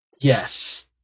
Yes